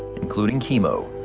including chemo.